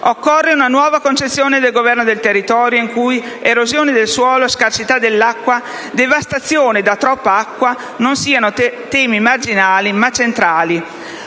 Occorre una nuova concezione del governo del territorio, in cui erosione del suolo, scarsità dell'acqua e devastazione da troppa acqua siano temi non marginali, ma centrali,